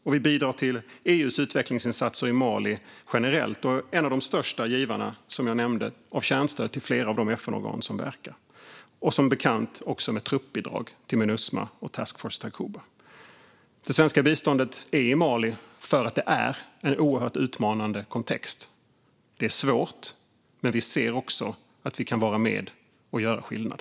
Och vi bidrar till EU:s utvecklingsinsatser i Mali generellt och är, som jag nämnde, en av de största givarna av kärnstöd till flera av de FN-organ som verkar och också av truppbidrag till Minusma och Task Force Takuba, som bekant. Det svenska biståndet finns i Mali därför att det är en utmanande kontext. Det är svårt, men vi ser också att vi kan vara med och göra skillnad.